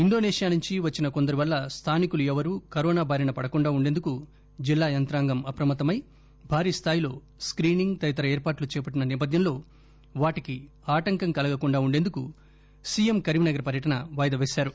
ఇండోసేషియా నుంచి వచ్చిన కొందరి వల్ల స్థానికులు ఎవరూ కరోనా బారినపడకుండా ఉండేందుకు జిల్లా యంత్రాంగం అప్రమత్తమై భారీస్థాయిలో స్కీనింగు తదితర ఏర్పాట్లు చేపట్లిన సేపథ్సంలో వాటికి ఆటంకం కలగకుండా ఉండేందుకు సీఎం కరీంనగర్ పర్యటన వాయిదా పేశారు